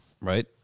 right